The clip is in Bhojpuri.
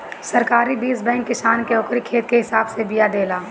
सरकारी बीज बैंक किसान के ओकरी खेत के हिसाब से बिया देला